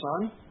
son